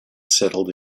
settled